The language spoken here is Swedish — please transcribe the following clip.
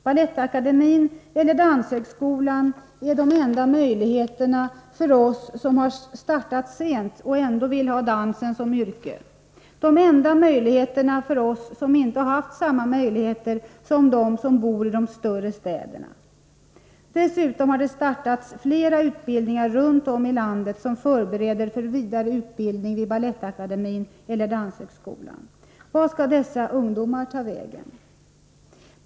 Balettakademin eller Danshögskolan är de enda möjligheterna för oss som har startat sent och ändå vill ha dansen som yrke, de enda möjligheterna för oss som inte har haft samma möjligheter som de som bor i de större städerna. Dessutom har det startats flera utbildningar runt om i landet, som förbereder för vidare utbildning vid Balettakademin eller Danshögskolan. Var ska dessa ungdomar ta vägen?!